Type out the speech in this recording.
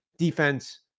Defense